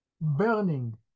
burning